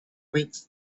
with